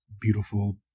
beautiful